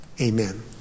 amen